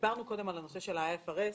דיברנו קודם על הנושא של ה-IFRS.